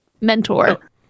mentor-